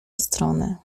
stronę